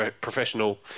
professional